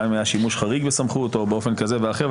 גם אם היה שימוש חריג בסמכות או באופן כזה ואחר.